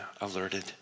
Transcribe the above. alerted